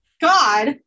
God